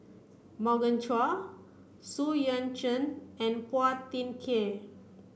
Morgan Chua Xu Yuan Zhen and Phua Thin Kiay